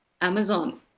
Amazon